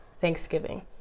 Thanksgiving